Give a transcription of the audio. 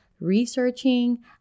researching